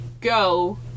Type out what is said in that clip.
go